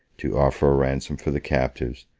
to offer a ransom for the captives,